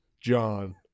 John